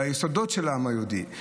ביסודות של העם היהודי.